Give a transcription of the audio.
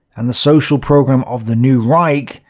and the social program of the new reich.